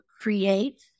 create